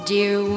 Dear